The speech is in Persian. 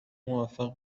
موفق